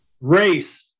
race